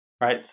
right